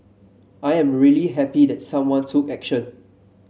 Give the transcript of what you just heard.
I am really happy that someone took action